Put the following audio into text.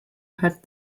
had